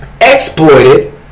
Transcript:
exploited